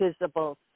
visible